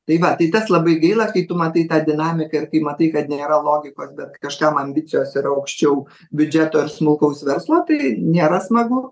tai va tas labai gaila kai tu matai tą dinamiką ir kai matai kad nėra logikos bet kažkam ambicijos yra aukščiau biudžeto ir smulkaus verslo tai nėra smagu